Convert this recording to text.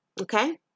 okay